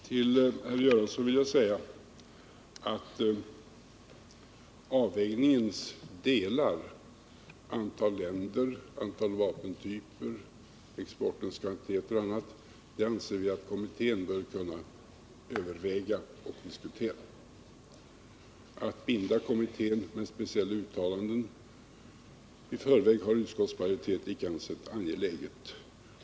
Till herr Göransson vill jag säga att avvägningens delar — antal länder, antal vapentyper, exportens kvantiteter och annat — anser vi att kommittén bör kunna överväga och diskutera. Att binda kommittén med specificerade uttalanden i förväg har utskottsmajoriteten icke ansett angeläget.